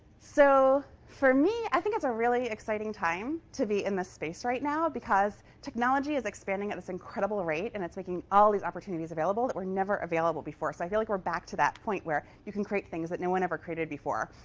so for me, i think it's a really exciting time to be in this space right now, because technology is expanding at this incredible rate, and it's making all these opportunities available that were never available before. so i feel like we're back to that point, where you can create things that no one ever created before.